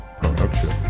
production